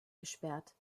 gesperrt